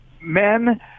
men